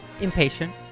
impatient